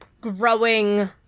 growing